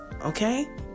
okay